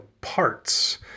parts